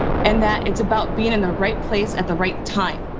and that it's about being in the right place at the right time.